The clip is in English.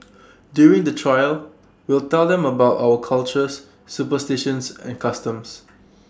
during the trail we'll tell them about our cultures superstitions and customs